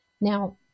Now